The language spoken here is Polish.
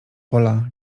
pola